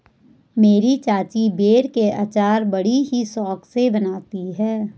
मेरी चाची बेर के अचार बड़ी ही शौक से बनाती है